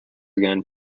again